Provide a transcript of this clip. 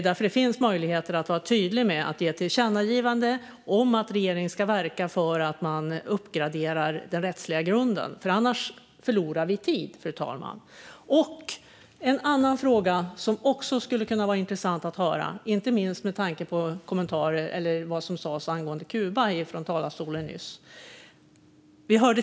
Det finns möjlighet att vara tydlig och rikta ett tillkännagivande om att regeringen ska verka för att man uppgraderar den rättsliga grunden - annars förlorar vi tid, fru talman. Jag har en annan fråga som skulle vara intressant att få ett svar på, inte minst med tanke på vad som nyss sades om Kuba i talarstolen.